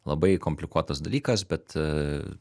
labai komplikuotas dalykas bet